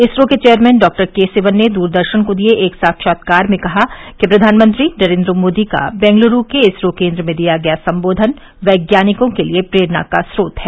इसरो के chairman doctor K Sivan ने दूरदर्शन को दिए एक साक्षात्कार में कहा कि प्रधानमंत्री नरेन्द्र मोदी का बेंगलुरू के इसरो केन्द्र में दिया गया सम्बोधन वैज्ञानिकों के लिए प्रेरणा का स्रोत है